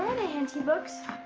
henty books?